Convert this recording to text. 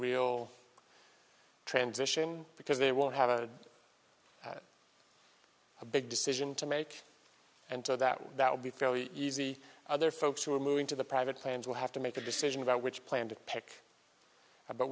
real transition because they won't have a a big decision to make and to that that would be fairly easy other folks who are moving to the private plans will have to make a decision about which plan to pick a but